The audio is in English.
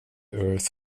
earth